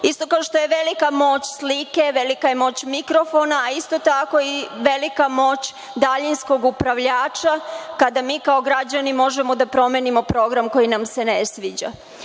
Isto kao što je velika moć slike, velika je moć mikrofona, a isto tako i velika je moć daljinskog upravljača kada mi kao građani možemo da promenimo program koji nam se ne sviđa. Dakle,